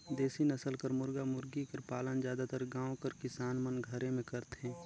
देसी नसल कर मुरगा मुरगी कर पालन जादातर गाँव कर किसान मन घरे में करथे